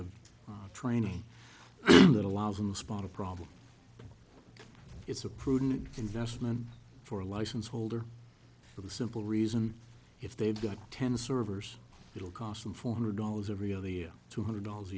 of training that allows them to spot a problem it's a prudent investment for a license holder for the simple reason if they've got ten servers it will cost them four hundred dollars every other year two hundred dollars